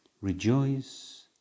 Rejoice